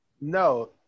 No